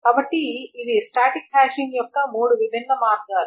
కాబట్టి ఇవి static hashing యొక్క మూడు విభిన్న మార్గాలు